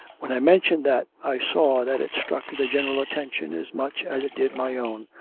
when i mentioned that, i saw that it struck the general attention as much as it did my own,